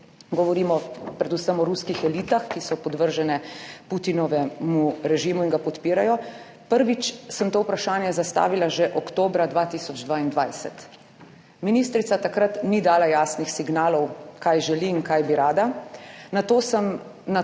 govorimo predvsem o ruskih elitah, ki so podvržene Putinovemu režimu in ga podpirajo, prvič sem to vprašanje zastavila že oktobra 2022. Ministrica takrat ni dala jasnih signalov kaj želi in kaj bi rada. Nato sem na to isto